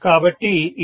కాబట్టి ఇది 112